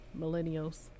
millennials